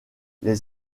les